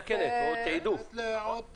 תעדוף.